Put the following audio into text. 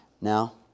Now